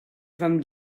from